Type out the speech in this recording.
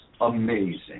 Amazing